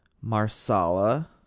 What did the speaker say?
Marsala